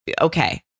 Okay